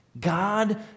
God